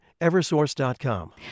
Eversource.com